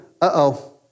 uh-oh